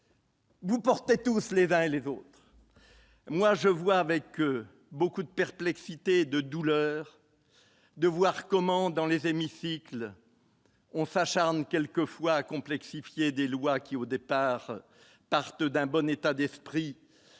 Vous portez tous les uns et les autres, moi je vois avec beaucoup de perplexité de douleur, de voir comment dans les hémicycles. On s'acharne quelquefois à complexifier des lois qui, au départ, partent d'un bon état d'esprit